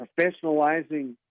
professionalizing